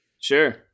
Sure